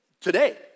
Today